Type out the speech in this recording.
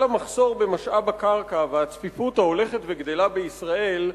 המחסור במשאב הקרקע והצפיפות ההולכת וגדלה בישראל,